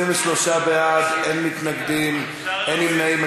23 בעד, אין מתנגדים, אין נמנעים.